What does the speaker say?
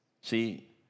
See